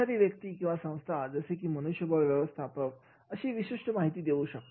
एखादी व्यक्ती किंवा संस्था जसे की मनुष्यबळ व्यवस्थापक अशी विशिष्ट माहिती देऊ शकते